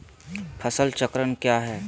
फसल चक्रण क्या है?